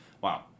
wow